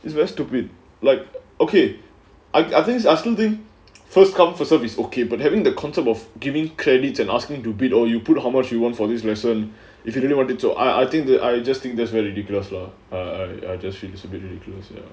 it's very stupid like okay I I think it's awesome thing first come first serve is okay but having the concept of giving credit and asking to beat or you put how much you want for this lesson if you really wanted to I think they are adjusting they are ridiculous lah err I just read you should be ridiculous you know